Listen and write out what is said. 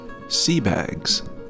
Seabags